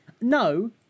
No